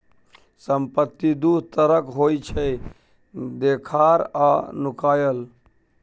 संपत्ति दु तरहक होइ छै देखार आ नुकाएल